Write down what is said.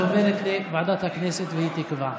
אז עוברת לוועדת הכנסת שתקבע.